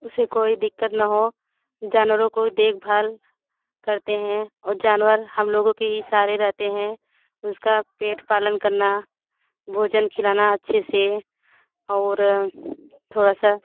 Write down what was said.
उसे कोई दिक्कत ना हो जानवरों की देखभाल करते हैं और जानवर हम लोगों के ही सहारे रहते हैं उसका पेट पालन करना भोजन खिलाना अच्छे से और थोड़ा सा